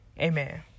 Amen